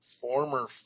former